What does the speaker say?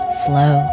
flow